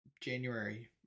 January